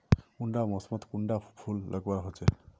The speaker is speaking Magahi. कुंडा मोसमोत कुंडा फुल लगवार होछै?